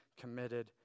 committed